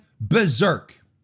berserk